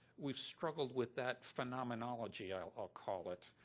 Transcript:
we've struggled with that phenomenonology, i'll call it,